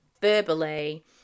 verbally